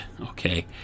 okay